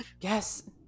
Yes